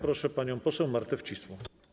Proszę panią poseł Martę Wcisło.